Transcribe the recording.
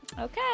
Okay